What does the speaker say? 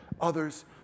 others